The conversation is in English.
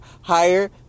higher